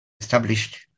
established